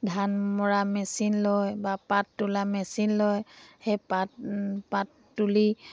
ধান মৰা মেচিন লয় বা পাত তোলা মেচিন লয় সেই পাত পাত তুলি